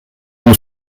nous